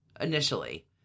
initially